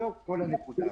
זה כל הנקודות שלי.